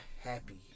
happy